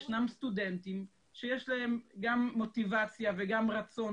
ישנם סטודנטים שיש להם גם מוטיבציה וגם רצון